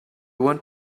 want